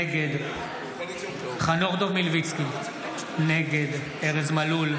נגד חנוך דב מלביצקי, נגד ארז מלול,